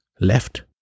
left